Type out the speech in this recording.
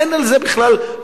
אין על זה בכלל עוררין.